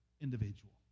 individual